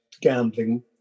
gambling